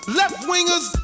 left-wingers